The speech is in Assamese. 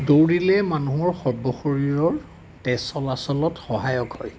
দৌৰিলে মানুহৰ সৰ্বশৰীৰৰ তেজ চলাচলত সহায়ক হয়